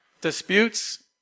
Disputes